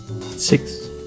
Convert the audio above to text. Six